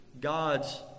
God's